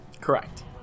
Correct